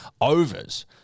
Overs